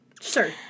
Sure